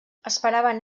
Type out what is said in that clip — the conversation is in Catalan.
esperaven